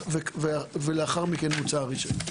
ולאחר מכן בוצע הרישיון.